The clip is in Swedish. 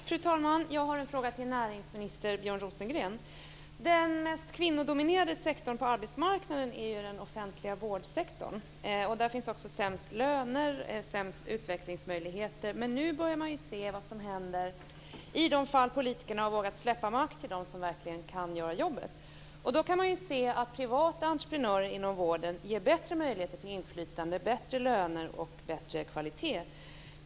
Fru talman! Jag har en fråga till näringsminister Den mest kvinnodominerade sektorn på arbetsmarknaden är den offentliga vårdsektorn. Där finns också sämst löner och sämst utvecklingsmöjligheter. Nu börjar vi se vad som händer i de fall politikerna har vågat släppa makt till dem som verkligen kan göra jobbet. Privata entreprenörer inom vården ger bättre möjligheter till inflytande, bättre löner och bättre kvalitet.